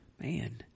Man